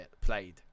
played